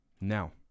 Now